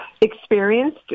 experienced